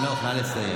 חנוך, נא לסיים.